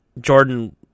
Jordan